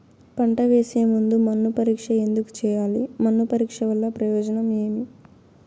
పంట వేసే ముందు మన్ను పరీక్ష ఎందుకు చేయాలి? మన్ను పరీక్ష వల్ల ప్రయోజనం ఏమి?